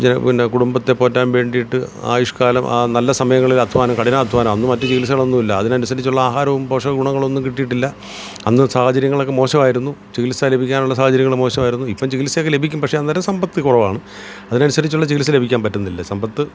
പിന്നെ കുടുംബത്തെ പോറ്റാൻ വേണ്ടിയിട്ട് ആയുഷ്ക്കാലം ആ നല്ല സമയങ്ങളിൽ അധ്വാനം കഠിനാധ്വാനം അന്ന് മറ്റ് ചികിത്സകളൊന്നും ഇല്ല അതിനനുസരിച്ചുള്ള ആഹാരമോ പോഷകഗുണങ്ങളോ ഒന്നും കിട്ടിയിട്ടില്ല അന്ന് സാഹചര്യങ്ങളൊക്കെ മോശമായിരുന്നു ചികിത്സ ലഭിക്കാനുള്ള സാഹചര്യങ്ങൾ മോശമായിരുന്നു ഇപ്പോൾ ചികിത്സയൊക്കെ ലഭിക്കും പക്ഷേ അന്നേരം സമ്പത്ത് കുറവാണ് അതിനനുസരിച്ചുള്ള ചികിത്സ ലഭിക്കാൻ പറ്റുന്നില്ല സമ്പത്ത്